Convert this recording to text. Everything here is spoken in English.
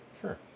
Sure